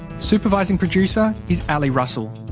supervising producer is ali russell.